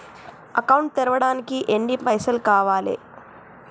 Account తెరవడానికి ఎన్ని పైసల్ కావాలే?